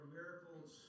miracles